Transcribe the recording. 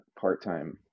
part-time